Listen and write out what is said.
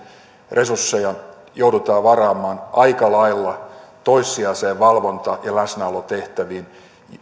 resursseja joudutaan varaamaan aika lailla toissijaisiin valvonta ja läsnäolotehtäviin